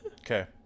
Okay